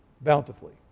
bountifully